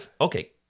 Okay